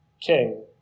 king